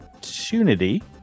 opportunity